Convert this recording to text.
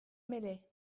meslay